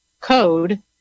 code